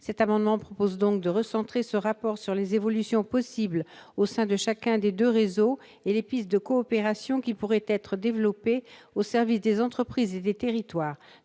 Cet amendement tend donc à recentrer ce rapport sur les évolutions possibles au sein de chacun des deux réseaux et sur les pistes de coopération qui pourraient être développées au service des entreprises et des territoires.